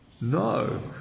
No